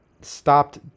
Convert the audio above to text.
stopped